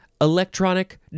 electronic